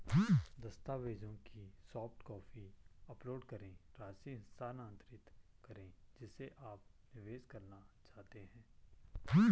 दस्तावेजों की soft copy upload करें, राशि स्थानांतरित करें जिसे आप निवेश करना चाहते हैं